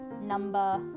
number